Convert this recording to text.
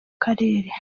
karere